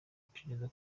iperereza